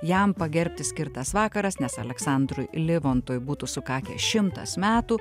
jam pagerbti skirtas vakaras nes aleksandrui livontui būtų sukakęs šimtas metų